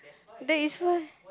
that is why